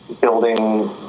building